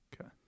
Okay